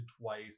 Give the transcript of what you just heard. twice